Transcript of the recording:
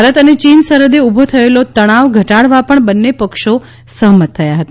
ભારત અને ચીન સરહદે ઊભો થયેલો તણાવ ઘટાડવા પણ બંને પક્ષો સહમત થયા હતા